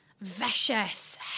vicious